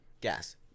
Gas